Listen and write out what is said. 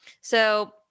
So-